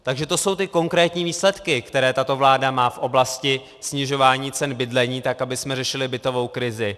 Takže to jsou ty konkrétní výsledky, které tato vláda má v oblasti snižování cen bydlení, tak abychom řešili bytovou krizi.